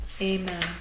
amen